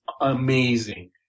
amazing